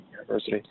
university